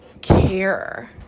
care